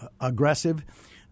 aggressive